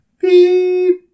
Beep